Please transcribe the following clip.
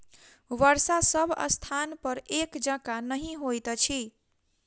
वर्षा सभ स्थानपर एक जकाँ नहि होइत अछि